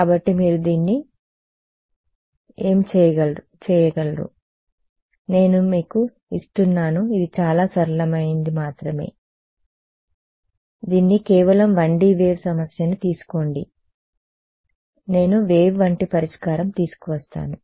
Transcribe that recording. కాబట్టి మీరు దీన్ని మీరు చేయగలరు నేను మీకు ఇస్తున్నాను ఇది చాలా సరళమైనది మాత్రమే దీన్ని ఉంచండి కేవలం 1D వేవ్ సమస్యను తీసుకోండి మీలో ఉంచండి నేను వేవ్ వంటి పరిష్కారం తీసుకువస్తాను